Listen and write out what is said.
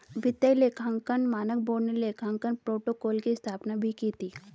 वित्तीय लेखांकन मानक बोर्ड ने लेखांकन प्रोटोकॉल की स्थापना भी की थी